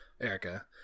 erica